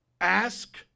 ask